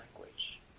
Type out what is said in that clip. language